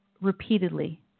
repeatedly